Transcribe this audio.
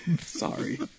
Sorry